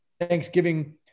Thanksgiving